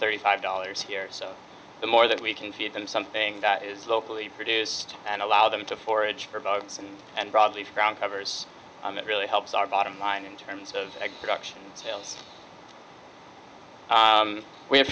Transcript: thirty five dollars here so the more that we can feed them something that is locally produced and allow them to forage for bugs and broadleaf around covers it really helps our bottom line in terms of production and sales we have